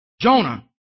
Jonah